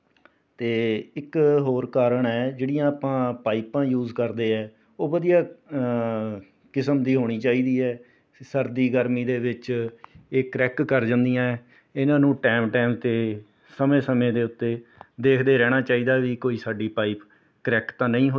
ਅਤੇ ਇੱਕ ਹੋਰ ਕਾਰਨ ਹੈ ਜਿਹੜੀਆਂ ਆਪਾਂ ਪਾਈਪਾਂ ਯੂਜ਼ ਕਰਦੇ ਹੈ ਉਹ ਵਧੀਆ ਕਿਸਮ ਦੀ ਹੋਣੀ ਚਾਹੀਦੀ ਹੈ ਸਰਦੀ ਗਰਮੀ ਦੇ ਵਿੱਚ ਇਹ ਕਰੈੱਕ ਕਰ ਜਾਂਦੀਆਂ ਹੈ ਇਨ੍ਹਾਂ ਨੂੰ ਟਾਈਮ ਟਾਈਮ 'ਤੇ ਸਮੇਂ ਸਮੇਂ ਦੇ ਉੱਤੇ ਦੇਖਦੇ ਰਹਿਣਾ ਚਾਹੀਦਾ ਵੀ ਕੋਈ ਸਾਡੀ ਪਾਈਪ ਕਰੈੱਕ ਤਾਂ ਨਹੀਂ ਹੋਈ ਵੀ ਆ